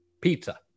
pizza